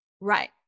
Right